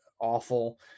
awful